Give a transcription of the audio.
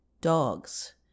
Dogs